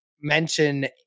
mention